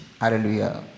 Hallelujah